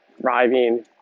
thriving